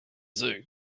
zoo